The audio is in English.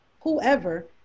whoever